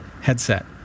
headset